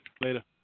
Later